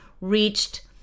reached